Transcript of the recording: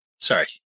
sorry